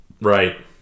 right